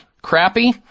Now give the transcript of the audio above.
Crappy